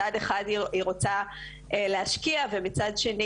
מצד אחד היא רוצה להשקיע אבל מצד שני